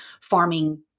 farming